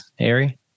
Ari